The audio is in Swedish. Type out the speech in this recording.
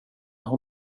har